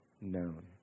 known